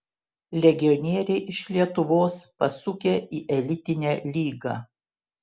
legionieriai iš lietuvos pasukę į elitinę lygą